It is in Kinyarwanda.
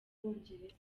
bwongereza